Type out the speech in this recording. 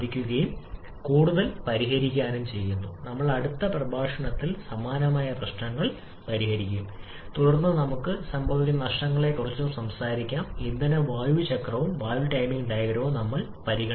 നമ്മൾ ദമ്പതികളെ കൂടുതൽ പരിഹരിക്കും നമ്മളുടെ അടുത്ത പ്രഭാഷണത്തിലെ സമാനമായ പ്രശ്നങ്ങൾ തുടർന്ന് നമുക്ക് സംഭവിക്കുന്ന നഷ്ടങ്ങളെക്കുറിച്ച് സംസാരിക്കാം ഇന്ധന വായു ചക്രവും വാൽവ് ടൈമിംഗ് ഡയഗ്രാമും പരിഗണിച്ചിട്ടില്ല